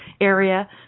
area